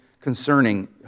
concerning